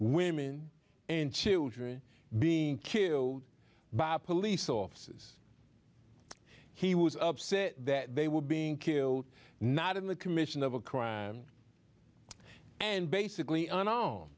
women and children being killed by police offices he was upset that they were being killed not in the commission of a crime and basically